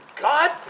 God